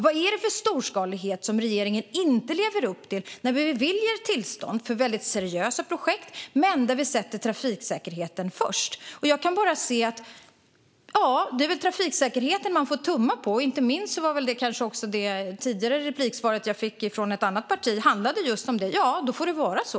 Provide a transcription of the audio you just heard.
Vad är det för storskalighet som regeringen inte lever upp till när tillstånd beviljas för mycket seriösa projekt där trafiksäkerheten sätts först? Jag kan bara se att det väl är trafiksäkerheten som man får tumma på. Inte minst handlade ett svar i en tidigare replik från ett annat parti om just det. Ja, då får det vara så.